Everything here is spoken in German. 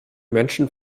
menschen